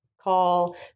call